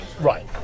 Right